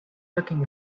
talking